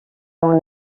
dans